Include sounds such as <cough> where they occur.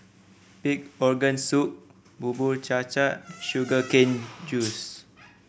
Pig Organ Soup Bubur Cha Cha <noise> Sugar Cane Juice